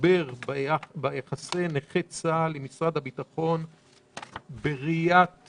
המשבר ביחסים בין נכי צה"ל למשרד הביטחון בראייה של